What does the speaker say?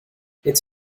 its